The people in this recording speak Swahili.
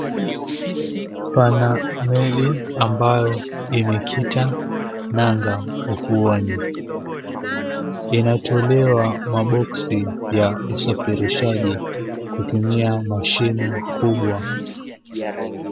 Pana meli ambayo imekita nanga ufuoni inatolewa maboksi ya usafirishaji kutumia mashini kubwa.